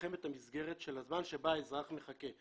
לתחם את המסגרת של הזמן בה האזרח מחכה.